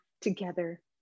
together